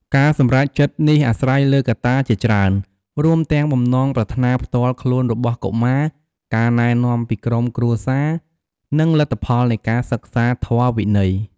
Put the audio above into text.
ការសម្រេចចិត្តនេះអាស្រ័យលើកត្តាជាច្រើន រួមទាំងបំណងប្រាថ្នាផ្ទាល់ខ្លួនរបស់កុមារ ការណែនាំពីក្រុមគ្រួសារ និងលទ្ធផលនៃការសិក្សាធម៌វិន័យ។